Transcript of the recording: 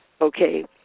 okay